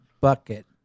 bucket